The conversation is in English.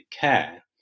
care